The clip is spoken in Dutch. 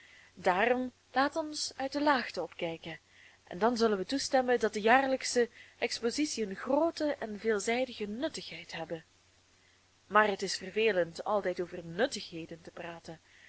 daarom laat ons uit de laagte opkijken en dan zullen wij toestemmen dat de jaarlijksche expositiën groote en veelzijdige nuttigheid hebben maar het is vervelend altijd over nuttigheden te praten